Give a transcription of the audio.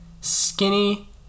skinny